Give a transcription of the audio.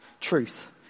truth